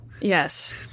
Yes